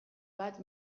bat